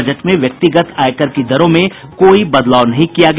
budget में व्यक्तिगत आयकर की दरों में कोई बदलाव नहीं किया गया